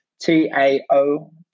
T-A-O